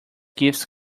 gifts